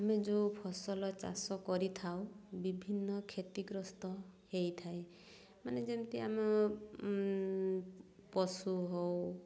ଆମେ ଯେଉଁ ଫସଲ ଚାଷ କରିଥାଉ ବିଭିନ୍ନ କ୍ଷତିଗ୍ରସ୍ତ ହେଇଥାଏ ମାନେ ଯେମିତି ଆମ ପଶୁ ହେଉ